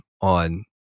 on